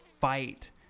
fight